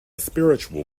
spiritual